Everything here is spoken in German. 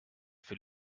für